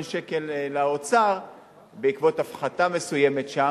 שקלים לאוצר בעקבות הפחתה מסוימת שם,